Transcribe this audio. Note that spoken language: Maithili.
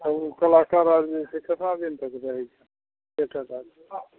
तऽ ओ कलाकार आर जे छै केतना दिन तक रहैत छै